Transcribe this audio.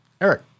Eric